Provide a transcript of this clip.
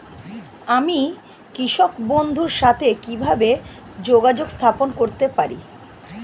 আমি কৃষক বন্ধুর সাথে কিভাবে যোগাযোগ স্থাপন করতে পারি?